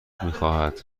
میخواهد